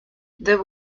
there